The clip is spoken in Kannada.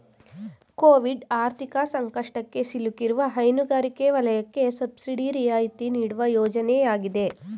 ಕೋವಿಡ್ ಆರ್ಥಿಕ ಸಂಕಷ್ಟಕ್ಕೆ ಸಿಲುಕಿರುವ ಹೈನುಗಾರಿಕೆ ವಲಯಕ್ಕೆ ಸಬ್ಸಿಡಿ ರಿಯಾಯಿತಿ ನೀಡುವ ಯೋಜನೆ ಆಗಿದೆ